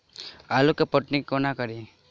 आलु केँ पटौनी कोना कड़ी?